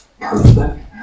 perfect